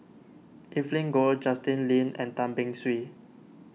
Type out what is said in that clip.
Evelyn Goh Justin Lean and Tan Beng Swee